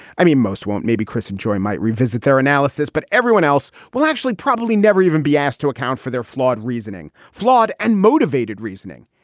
i mean, most won't. maybe chris and joy might revisit their analysis, but everyone else will actually probably never even be asked to account for their flawed reasoning, flawed and motivated reasoning.